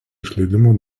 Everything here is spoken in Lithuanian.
išleidimo